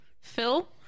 Phil